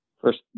First